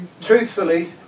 truthfully